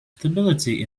stability